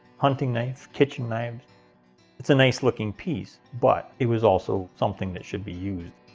hunting knife, kitchen knives it's a nice looking piece but it was also something that should be used.